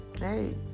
Hey